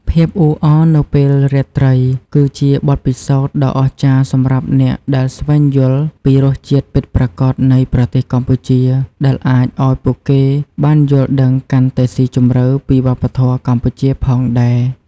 ភាពអ៊ូអរនៅពេលរាត្រី គឺជាបទពិសោធន៍ដ៏អស្ចារ្យសម្រាប់អ្នកដែលស្វែងយល់ពីរសជាតិពិតប្រាកដនៃប្រទេសកម្ពុជា ដែលអាចឱ្យពួកគេបានយល់ដឹងកាន់តែស៊ីជម្រៅពីវប្បធម៏កម្ពុជាផងដែរ